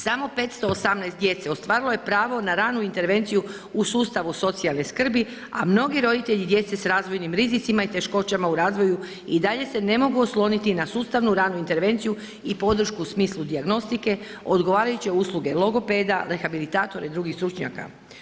Samo 518 djece ostvarilo je pravo na ranu intervenciju u sustavu socijalne skrbi, a mnogi roditelji djece s razvojnim rizicima i teškoćama u razvoju i dalje se ne mogu osloniti na sustavnu ranu intervenciju i podršku u smislu dijagnostike, odgovarajuće usluge logopeda, rehabilitatora i drugih stručnjaka.